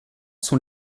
sont